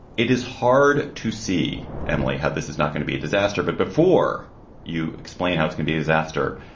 it is hard to see, emily, how this is not going to be a disaster. but before you explain how it's going to be disaster,